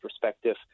perspective